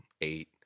Eight